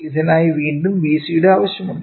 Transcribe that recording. ഇതിനായി വീണ്ടും Vc യുടെ ആവശ്യമുണ്ട്